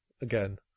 again